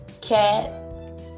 cat